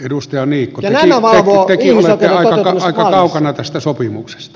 edustaja niikko tekin olette aika kaukana tästä sopimuksesta